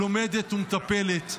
לומדת ומטפלת.